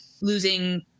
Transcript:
losing